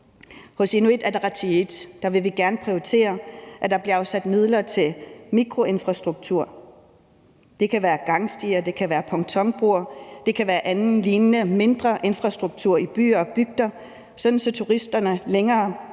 Hos Inuit Ataqatigiit vil vi gerne prioritere, at der bliver afsat midler til mikroinfrastruktur. Det kan være gangstier. Det kan være pontonbroer. Det kan være anden lignende mindre infrastruktur i byer og bygder, sådan at turisterne kan